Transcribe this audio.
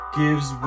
gives